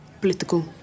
Political